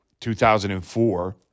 2004